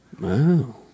Wow